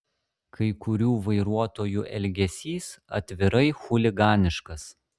kai kurių vairuotojų elgesys atvirai chuliganiškas